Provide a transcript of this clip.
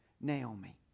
Naomi